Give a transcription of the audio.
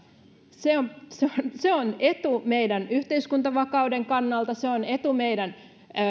se se on etu meidän yhteiskuntavakauden kannalta se on etu meidän